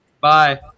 bye